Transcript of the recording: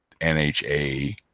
NHA